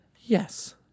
Yes